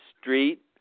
Street